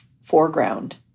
foreground